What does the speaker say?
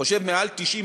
אני חושב יותר מ-90%,